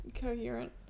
coherent